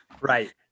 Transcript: Right